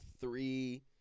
three